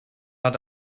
hat